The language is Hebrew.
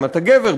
אם אתה גבר,